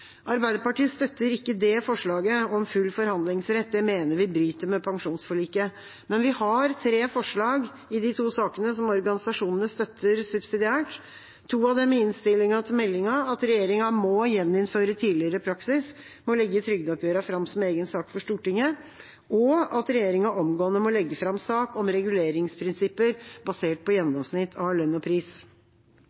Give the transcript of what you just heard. Arbeiderpartiet støtter ikke forslaget om full forhandlingsrett, det mener vi bryter med pensjonsforliket. Men vi har tre forslag i de to sakene som organisasjonene støtter subsidiært – to av dem i innstillinga til meldinga – at regjeringa må gjeninnføre tidligere praksis med å legge trygdeoppgjørene fram som egen sak for Stortinget, og at regjeringa omgående må legge fram sak om reguleringsprinsipper basert på